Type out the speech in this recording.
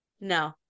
no